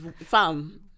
Fam